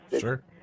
sure